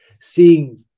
seeing